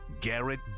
Garrett